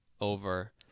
over